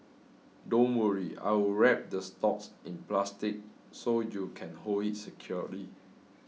don't worry I will wrap the stalks in plastic so you can hold it securely